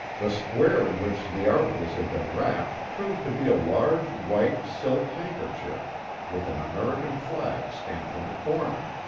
the square in which the articles had been wrapped proved to be a large white silk handkerchief with an american flag stamped in the corner.